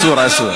אסור.